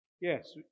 Yes